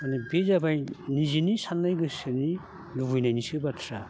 माने बे जाबाय निजेनि साननाय गोसोनि लुबैनायनिसो बाथ्रा